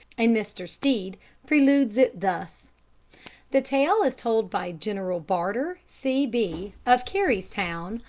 and mr. stead preludes it thus the tale is told by general barter, c b, of careystown,